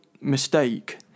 mistake